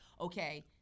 okay